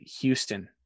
Houston